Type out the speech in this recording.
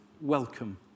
welcome